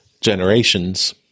generations